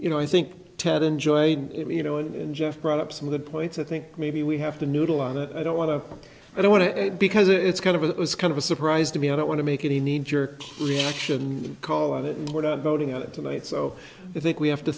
you know i think ted enjoyed you know and jeff brought up some good points i think maybe we have to noodle on it i don't want to i don't want to because it's kind of it was kind of a surprise to me i don't want to make it a knee jerk reaction the color of it and what our voting on it tonight so i think we have to